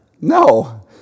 No